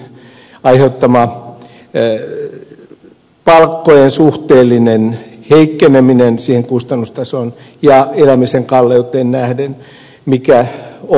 gustafsson kiinnitti huomiota on indeksin aiheuttama palkkojen suhteellinen heikkeneminen siihen kustannustasoon ja elämisen kalleuteen nähden mikä on olemassa